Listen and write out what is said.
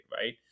right